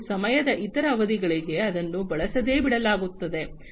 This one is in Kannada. ಮತ್ತು ಸಮಯದ ಇತರ ಅವಧಿಗಳಿಗೆ ಅದನ್ನು ಬಳಸದೆ ಬಿಡಲಾಗುತ್ತದೆ